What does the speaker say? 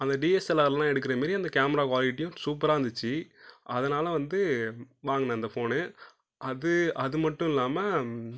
அந்த டிஎஸ்எல்ஆர்லாம் எடுக்கிற மாரி அந்த கேமரா குவாலிட்டியும் சூப்பராக இருந்துச்சி அதனால வந்து வாங்கினேன் அந்த ஃபோனு அது அது மட்டும் இல்லாமல்